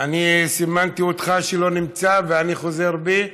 אני סימנתי שאתה לא נמצא ואני חוזר בי.